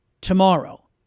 tomorrow